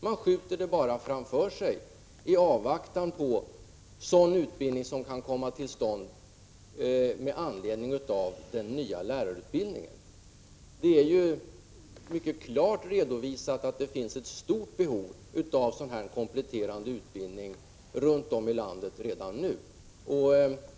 Man skjuter det bara framför sig i avvaktan på utbildning som kan komma till stånd med anledning av den nya läroplanen. Det är mycket klart redovisat att det redan nu finns ett stort behov av kompletterande utbildning runt om i landet.